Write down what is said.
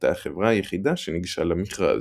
שהייתה החברה היחידה שניגשה למכרז.